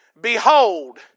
behold